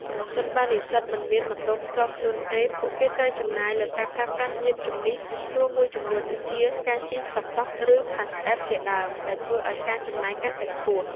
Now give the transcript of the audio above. ប្រសិនបើនិស្សិតមិនមានម៉ូតូផ្ទាល់ខ្លួនទេ ពួកគេត្រូវចំណាយលើការប្រើប្រាស់យាន្តជំនិះឈ្នួលមួយចំនួន ដូចជាការជិះតុកតុក ឬ ផាសអេបជាដើម ដែលធ្វើឲ្យការចំណាយកាន់តែខ្ពស់។